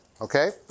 Okay